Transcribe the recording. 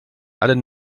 allen